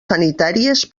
sanitàries